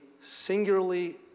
singularly